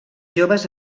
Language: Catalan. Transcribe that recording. joves